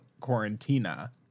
quarantina